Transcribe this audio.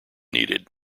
needed